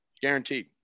Guaranteed